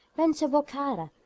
went to bokhara,